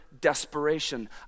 desperation